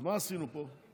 אז מה עשינו פה?